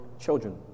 children